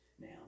Now